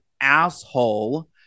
asshole